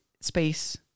space